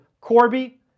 corby